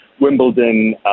Wimbledon